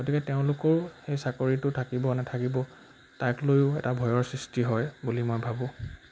গতিকে তেওঁলোকৰো সেই চাকৰিটো থাকিব নাথাকিব তাক লৈও এটা ভয়ৰ সৃষ্টি হয় বুলি মই ভাবোঁ